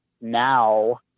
now